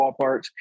ballparks